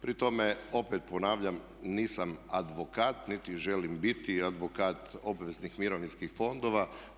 Pri tome opet ponavljam nisam advokat, niti želim biti advokat obveznih mirovinskih fondova.